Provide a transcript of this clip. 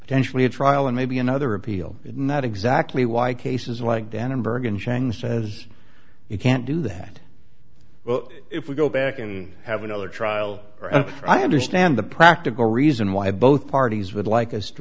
potentially a trial and maybe another appeal not exactly why cases like the annenberg and chang says you can't do that well if we go back and have another trial i understand the practical reason why both parties would like us to